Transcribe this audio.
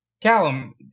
Callum